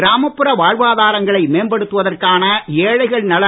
கிராமப்புற வாழ்வாதாரங்களை மேம்படுத்துவதற்கான ஏழைகள் நல